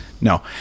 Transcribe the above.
No